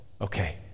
Okay